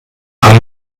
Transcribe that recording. alle